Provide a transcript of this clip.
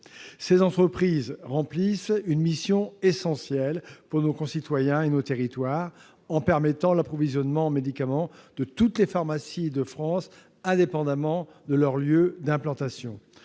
Ces entreprises remplissent une mission essentielle pour nos concitoyens et nos territoires en permettant l'approvisionnement en médicaments de toutes les pharmacies de France, indépendamment du lieu d'implantation